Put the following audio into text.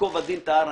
ייקוב הדין את ההר,